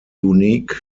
unique